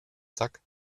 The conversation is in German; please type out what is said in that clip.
sack